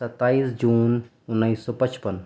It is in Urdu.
ستائیس جون انّیس سو پچپن